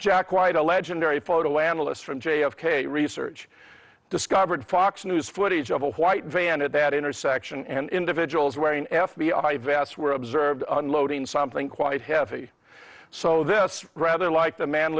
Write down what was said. jack quite a legendary photo analyst from j f k research discovered fox news footage of a white van at that intersection and individuals wearing f b i vast were observed unloading something quite heavy so this rather like the man